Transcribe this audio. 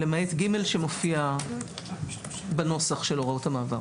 למעט (ג) שמופיע בנוסח של הוראות המעבר.